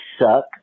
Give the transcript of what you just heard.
suck